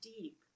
deep